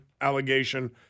allegation